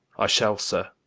i shall, sir.